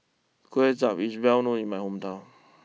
Kway Chap is well known in my hometown